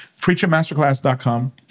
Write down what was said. PreachingMasterclass.com